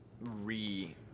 re